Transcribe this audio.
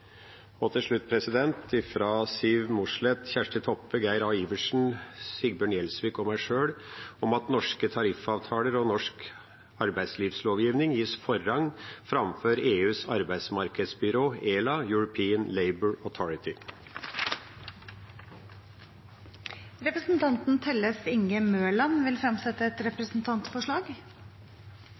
havnearbeiderne. Til slutt vil jeg fremme et forslag fra stortingsrepresentantene Siv Mossleth, Kjersti Toppe, Geir Adelsten Iversen, Sigbjørn Gjelsvik og meg sjøl om at norske tariffavtaler og norsk arbeidslivslovgivning gis forrang framfor EUs arbeidsmarkedsbyrå ELA, European Labour Authority. Representanten Tellef Inge Mørland vil fremsette et representantforslag.